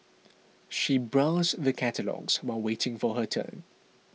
she browsed through the catalogues while waiting for her turn